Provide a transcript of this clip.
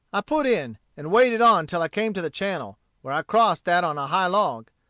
i put in, and waded on till i came to the channel, where i crossed that on a high log.